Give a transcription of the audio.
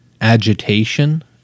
agitation